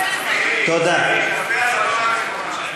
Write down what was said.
היא אמרה שבגלל שאני אישה.